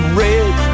red